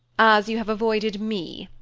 as you have avoided me.